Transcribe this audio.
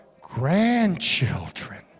grandchildren